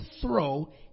throw